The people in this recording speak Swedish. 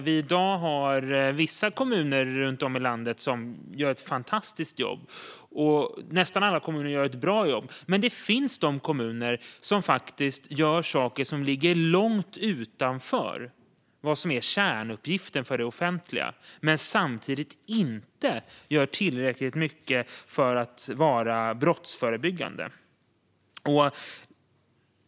Vissa kommuner runt om i landet gör ett fantastiskt jobb, och nästan alla kommuner gör ett bra jobb. Men det finns kommuner som gör saker som ligger långt utanför det som är kärnuppgiften för det offentliga men samtidigt inte gör tillräckligt mycket brottsförebyggande.